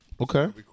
Okay